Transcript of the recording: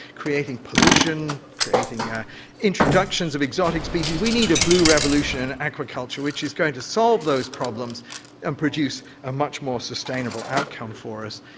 creating pollution, creating ah introductions of exotic species, we need a blue revolution in aquaculture which is going to solve those problems and produce a much more sustainable outcome for us.